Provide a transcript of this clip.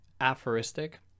aphoristic